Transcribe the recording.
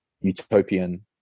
utopian